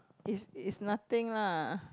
is is nothing lah